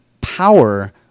power